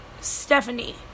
Stephanie